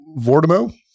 Vortimo